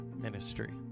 Ministry